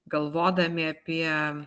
galvodami apie